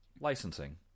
licensing